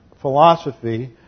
philosophy